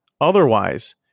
Otherwise